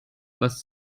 was